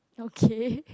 okay